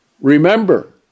Remember